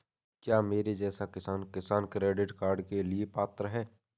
क्या मेरे जैसा किसान किसान क्रेडिट कार्ड के लिए पात्र है?